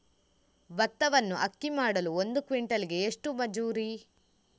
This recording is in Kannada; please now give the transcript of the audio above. ಭತ್ತವನ್ನು ಅಕ್ಕಿ ಮಾಡಲು ಒಂದು ಕ್ವಿಂಟಾಲಿಗೆ ಎಷ್ಟು ಮಜೂರಿ?